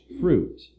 fruit